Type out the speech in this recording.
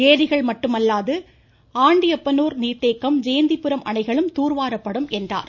ஏரிகள் மட்டுமல்லாது ஆண்டியப்பனூர் நீர்த்தேக்கம் ஜெயந்திபுரம் அணைகளும் தூர்வாரப்படும் என்றார்